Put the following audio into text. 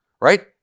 right